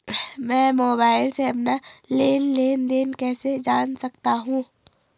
मैं मोबाइल से अपना लेन लेन देन कैसे जान सकता हूँ?